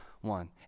one